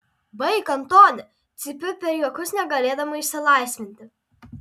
baik antoni cypiu per juokus negalėdama išsilaisvinti